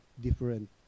different